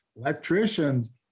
electricians